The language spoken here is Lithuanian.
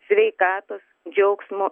sveikatos džiaugsmo